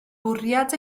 bwriad